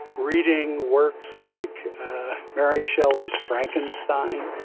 reading works like mary shelley's frankenstein.